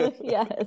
Yes